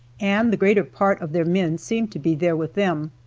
and the greater part of their men seemed to be there with them.